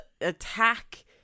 attack